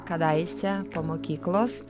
kadaise po mokyklos